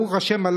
ברוך השם,